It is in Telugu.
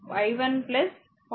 5 v0